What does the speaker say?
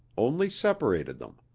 only separated them.